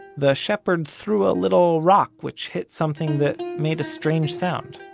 the shepherd threw a little rock which hit something that made a strange sound.